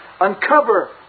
Uncover